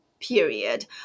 period